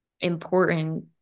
important